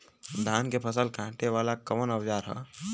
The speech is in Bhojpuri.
धान के फसल कांटे वाला कवन औजार ह?